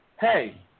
hey